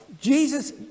Jesus